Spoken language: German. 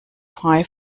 frei